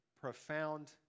profound